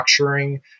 structuring